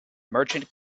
merchant